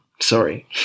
sorry